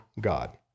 God